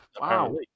Wow